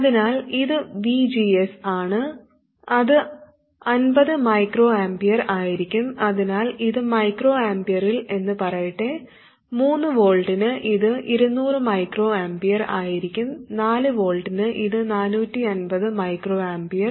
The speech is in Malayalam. അതിനാൽ ഇത് VGS ആണ് അത് 50 µA ആയിരിക്കും അതിനാൽ ഇത് µA ൽ എന്ന് പറയട്ടെ 3 V ന് ഇത് 200 µA ആയിരിക്കും 4 V ന് ഇത് 450 µA എന്നിങ്ങനെ